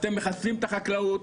אתם מחסלים את החקלאות,